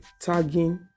tagging